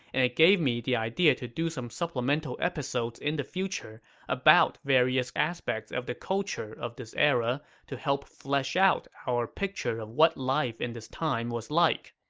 and it gave me the idea to do some supplemental episodes in the future about various aspects of the culture of this era to help flesh out our picture of what life in this time was like.